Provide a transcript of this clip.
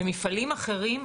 במפעלים אחרים,